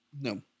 No